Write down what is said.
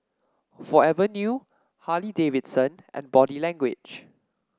Forever New Harley Davidson and Body Language